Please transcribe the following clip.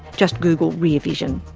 just google rear vision.